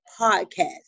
podcast